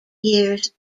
years